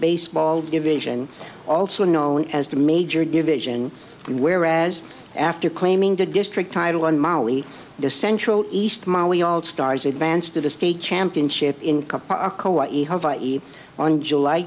baseball division also known as the major division whereas after claiming the district title on mali the central east mali all stars advanced to the state championship in